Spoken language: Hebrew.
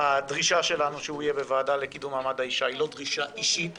הדרישה שלנו שהוא יהיה בוועדה לקידום מעמד האישה היא לא דרישה אישית